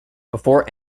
before